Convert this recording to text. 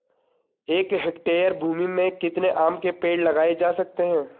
एक हेक्टेयर भूमि में कितने आम के पेड़ लगाए जा सकते हैं?